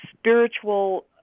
spiritual